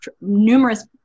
numerous